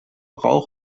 rauch